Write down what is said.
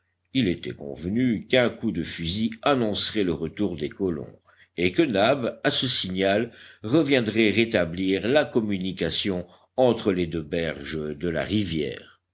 il était convenu qu'un coup de fusil annoncerait le retour des colons et que nab à ce signal reviendrait rétablir la communication entre les deux berges de la rivière